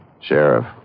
Sheriff